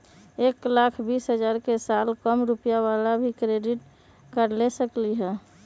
एक लाख बीस हजार के साल कम रुपयावाला भी क्रेडिट कार्ड ले सकली ह?